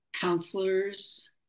counselors